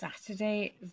Saturday